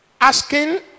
Asking